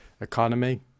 economy